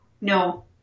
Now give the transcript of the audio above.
No